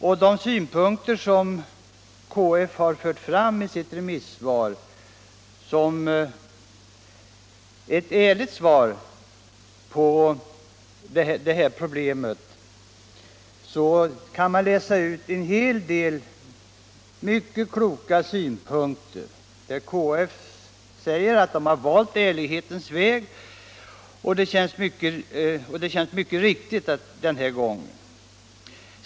I KF:s yttrande, som är ett mycket ärligt remissvar på den här rapporten, kan vi finna många kloka synpunkter. I artikeln i Vi heter det: ”KF har alltså valt ärlighetens väg och det känns mycket riktigt den här gången.